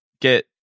get